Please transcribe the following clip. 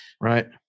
right